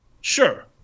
Sure